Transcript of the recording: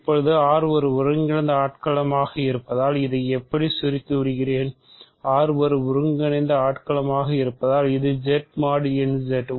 இப்போது R ஒரு ஒருங்கிணைந்த ஆட்களமாக இருப்பதால் இதை இப்படி சுருக்கிவிடுவேன் R ஒரு ஒருங்கிணைந்த ஆட்களமாக இருப்பதால் இது Z mod n Z